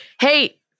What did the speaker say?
Hey